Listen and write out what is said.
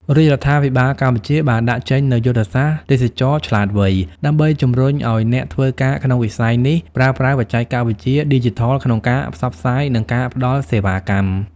រាជរដ្ឋាភិបាលកម្ពុជាបានដាក់ចេញនូវយុទ្ធសាស្ត្រទេសចរណ៍ឆ្លាតវៃ ដើម្បីជំរុញឱ្យអ្នកធ្វើការក្នុងវិស័យនេះប្រើប្រាស់បច្ចេកវិទ្យាឌីជីថលក្នុងការផ្សព្វផ្សាយ និងការផ្តល់សេវាកម្ម។